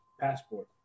Passport